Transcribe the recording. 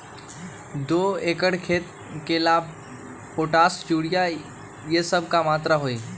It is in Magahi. दो एकर खेत के ला पोटाश, यूरिया ये सब का मात्रा होई?